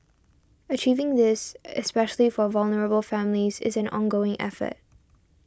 achieving this especially for vulnerable families is an ongoing effort